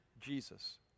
Jesus